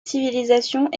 civilisation